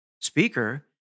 speaker